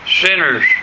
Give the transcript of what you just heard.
sinners